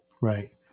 Right